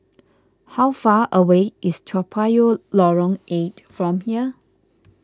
how far away is Toa Payoh Lorong eight from here